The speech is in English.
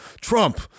Trump